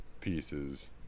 pieces